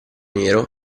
nero